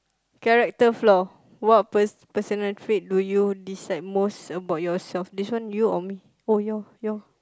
character flaw what pers~ personal trait do you dislike most about yourself this one you or me oh your your